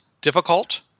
difficult